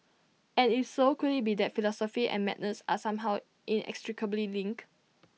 and if so could IT be that philosophy and madness are somehow inextricably linked